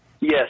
Yes